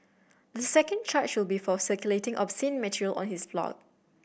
the second charge will be for circulating obscene material on his blog